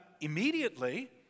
immediately